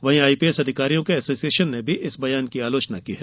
वहीं आईपीएस अधिकारियों के एसोशियेसन ने भी इस बयान की आलोचना की है